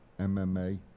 MMA